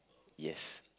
yes